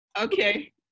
Okay